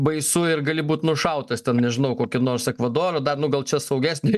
baisu ir gali būt nušautas ten nežinau kokį nors ekvadorą dar nu gal čia saugesnė